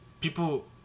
people